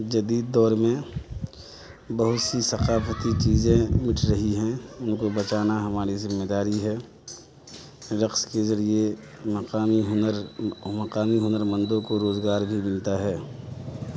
جدید دور میں بہت سی ثقافتی چیزیں مٹ رہی ہیں ان کو بچانا ہماری ذمہ داری ہے رقص کے ذریعے مقامی ہنر مقامی ہنر مندوں کو روزگار بھی ملتا ہے